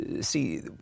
see